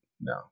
No